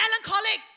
melancholic